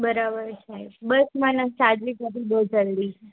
બરાબર સાહેબ બસ મને સાજી કરી દો જલદી